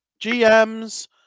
GMs